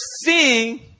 seeing